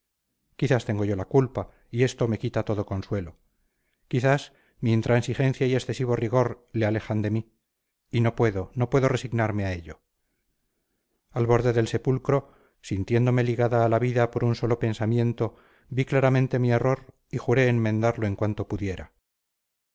quizás tengo yo la culpa y esto me quita todo consuelo quizás mi intransigencia y excesivo rigor le alejan de mí y no puedo no puedo resignarme a ello al borde del sepulcro sintiéndome ligada a la vida por un solo pensamiento vi claramente mi error y juré enmendarlo en cuanto pudiera